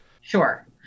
Sure